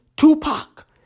Tupac